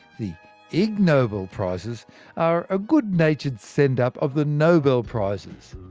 the ig nobel prizes are a good-natured send-up of the nobel prizes.